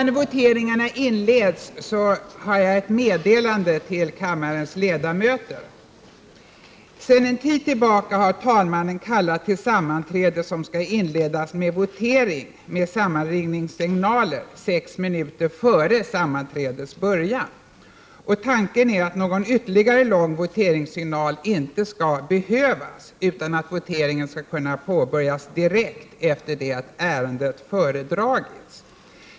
Sedan en tid tillbaka har talmannen kallat till sammanträde som skall inledas med votering med sammanringningssignaler sex minuter före sammanträdets början. Tanken är att någon ytterligare lång voteringssignal inte skall behövas utan att voteringen skall kunna påbörjas direkt efter det att ärendet föredragits.